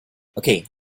okay